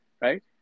right